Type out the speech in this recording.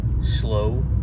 slow